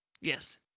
Yes